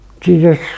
Jesus